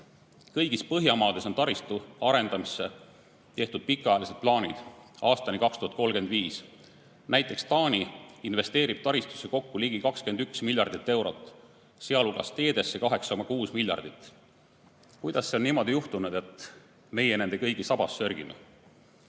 Põhjamaades on taristu arendamiseks tehtud pikaajalised plaanid, aastani 2035. Näiteks Taani investeerib taristusse kokku ligi 21 miljardit eurot, sealhulgas teedesse 8,6 miljardit. Kuidas see on niimoodi juhtunud, et meie nende kõigi sabas sörgime?